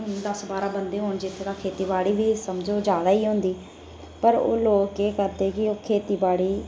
दस्स बारां बंदे होने जेहके तां खेतीबाड़ी बी समझो ज्यादा ही होंदी पर ओह् लोग केह् करदे कि ओह् खेतीबाड़ी